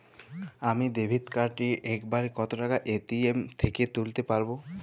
আমি debit card দিয়ে এক বারে কত টাকা এ.টি.এম থেকে তুলতে পারবো?